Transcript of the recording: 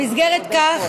במסגרת זו,